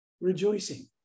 rejoicing